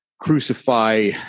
crucify